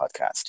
podcast